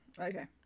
Okay